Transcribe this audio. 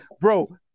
Bro